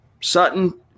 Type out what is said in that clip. Sutton